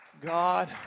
God